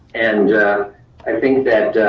and i think that